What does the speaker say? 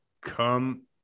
Come